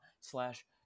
slash